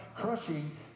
crushing